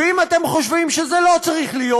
ואם אתם חושבים שזה לא צריך להיות,